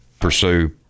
pursue